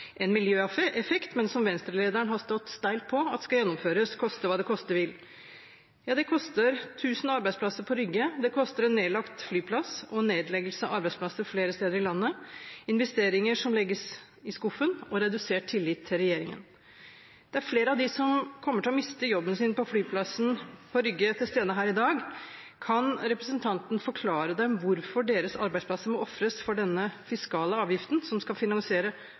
en miljøeffekt, men som Venstre-lederen har stått steilt på skal gjennomføres, koste hva det koste vil. Ja, det koster 1 000 arbeidsplasser på Rygge. Det koster en nedlagt flyplass og nedleggelse av arbeidsplasser flere steder i landet, investeringer som legges i skuffen, og redusert tillit til regjeringen. Det er flere av dem som kommer til å miste jobben sin på flyplassen på Rygge, til stede her i dag. Kan representanten forklare dem hvorfor deres arbeidsplasser må ofres for denne fiskale avgiften, som skal finansiere